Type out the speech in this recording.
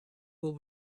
will